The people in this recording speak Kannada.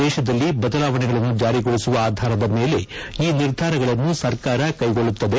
ದೇಶದಲ್ಲಿ ಬದಲಾವಣೆಗಳನ್ನು ಜಾರಿಗೊಳಿಸುವ ಆಧಾರದ ಮೇಲೆ ಈ ನಿರ್ಧಾರಗಳನ್ನು ಸರ್ಕಾರ ಕೈಗೊಳ್ಳುತ್ತದೆ